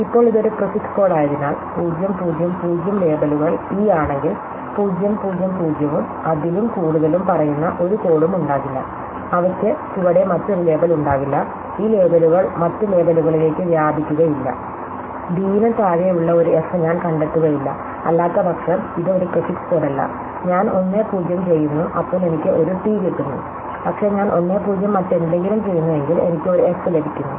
ഇപ്പോൾ ഇത് ഒരു പ്രിഫിക്സ് കോഡായതിനാൽ 0 0 0 ലേബലുകൾ ഇ ആണെങ്കിൽ 0 0 0 ഉം അതിലും കൂടുതലും പറയുന്ന ഒരു കോഡും ഉണ്ടാകില്ല അവയ്ക്ക് ചുവടെ മറ്റൊരു ലേബൽ ഉണ്ടാകില്ല ഈ ലേബലുകൾ മറ്റ് ലേബലുകളിലേക്ക് വ്യാപിക്കുകയില്ല d ന് താഴെയുള്ള ഒരു എഫ് ഞാൻ കണ്ടെത്തുകയില്ല അല്ലാത്തപക്ഷം ഇത് ഒരു പ്രിഫിക്സ് കോഡല്ല ഞാൻ 1 0 ചെയ്യുന്നു അപ്പോൾ എനിക്ക് ഒരു ടി കിട്ടുന്നു പക്ഷേ ഞാൻ 1 0 മറ്റെന്തെങ്കിലും ചെയ്യുന്നുവെങ്കിൽ എനിക്ക് ഒരു f ലഭിക്കുന്നു